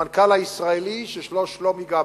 המנכ"ל בישראל, ששמו שלומי גבאי.